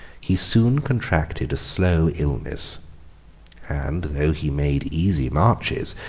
he soon contracted a slow illness and though he made easy marches,